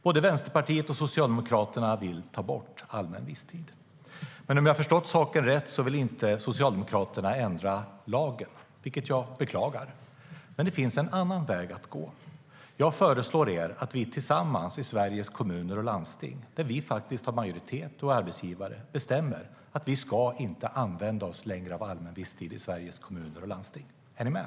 Både Vänsterpartiet och Socialdemokraterna vill ta bort allmän visstid. Men om jag har förstått saken rätt vill Socialdemokraterna inte ändra lagen, vilket jag beklagar. Det finns dock en annan väg att gå. Jag föreslår er att vi tillsammans i Sveriges kommuner och landsting, där vi faktiskt har majoritet och är arbetsgivare, bestämmer att vi inte längre ska använda oss av allmän visstid i Sveriges kommuner och landsting. Är ni med?